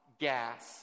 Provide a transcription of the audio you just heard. gas